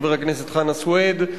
חבר הכנסת חנא סוייד,